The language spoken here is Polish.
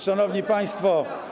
Szanowni Państwo!